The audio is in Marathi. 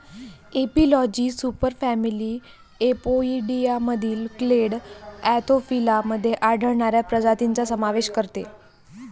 एपिलॉजी सुपरफॅमिली अपोइडियामधील क्लेड अँथोफिला मध्ये आढळणाऱ्या प्रजातींचा समावेश करते